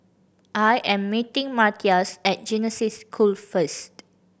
I am meeting Matias at Genesis School first